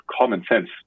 common-sense